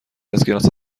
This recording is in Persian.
اسکناس